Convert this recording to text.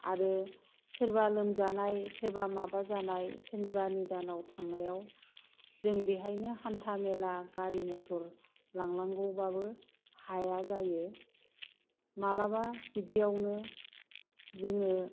आरो सोरबा लोमजानाय सोरबा माबा जानाय सोरनिबा निदानाव थांनायाव जों बेहायनो हान्था मेला गारि मथर लांनांगौबाबो हाया जायो मालाबा बिदियावनो जोङो